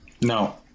No